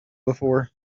before